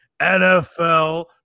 NFL